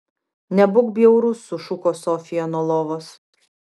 nebūk bjaurus sušuko sofija nuo lovos